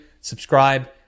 subscribe